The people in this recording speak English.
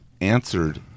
answered